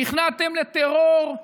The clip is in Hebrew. נכנעתם לטרור,